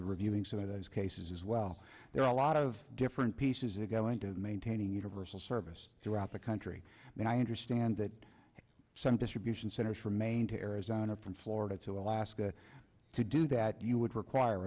of reviewing some of those cases as well there are a lot of different pieces is going to maintaining universal service throughout the country and i understand that some distribution centers from maine to arizona from florida to alaska to do that you would require